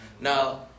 Now